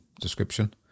description